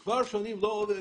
הוא כבר שנים לא עובד.